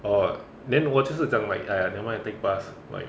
orh then 我就是讲 like !aiya! never mind take bus like